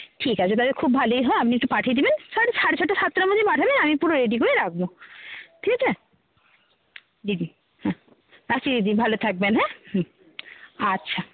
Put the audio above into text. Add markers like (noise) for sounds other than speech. ঠিক আছে তাহলে খুব ভালোই হয় আপনি একটু পাঠিয়ে দেবেন (unintelligible) সাড়ে ছটা সাতটার মধ্যে পাঠাবেন আমি পুরো রেডি করে রাখব ঠিক আছে দিদি হ্যাঁ রাখছি দিদি ভালো থাকবেন হ্যাঁ হুম আচ্ছা